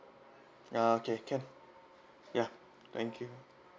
ah okay can ya thank you